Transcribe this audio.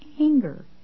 anger